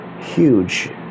huge